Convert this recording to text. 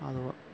അത്